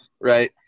Right